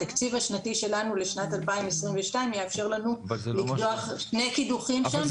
התקציב השנתי שלנו לשנת 2022 יאפשר לנו לקדוח שני קידוחים שם,